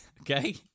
Okay